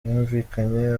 yumvikanye